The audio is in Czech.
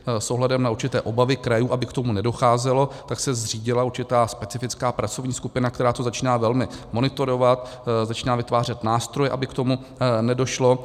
S ohledem na určité obavy krajů, aby k tomu nedocházelo, se zřídila určitá specifická pracovní skupina, která to začíná velmi monitorovat, začíná vytvářet nástroje, aby k tomu nedošlo.